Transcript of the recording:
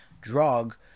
drug